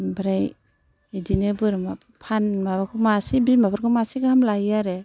ओमफ्राय बिदिनो बोरमा माबाखौ मासे बिमाफोरखौ मासे गाहाम लायो आरो